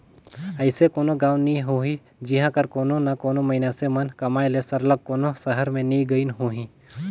अइसे कोनो गाँव नी होही जिहां कर कोनो ना कोनो मइनसे मन कमाए ले सरलग कोनो सहर में नी गइन होहीं